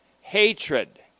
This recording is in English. hatred